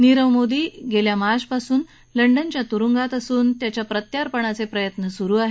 नीरव मोदी गेल्या मार्च महिन्यापासून लंडनच्या तुरुंगात असून त्याच्या प्रत्यापणाचे प्रयत्न सूरु आहेत